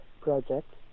project